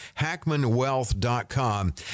Hackmanwealth.com